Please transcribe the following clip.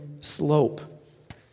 slope